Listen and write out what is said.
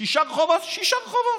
שישה רחובות.